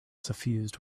suffused